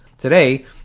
Today